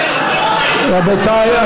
רבותיי,